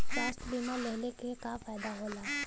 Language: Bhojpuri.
स्वास्थ्य बीमा लेहले से का फायदा होला?